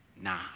nah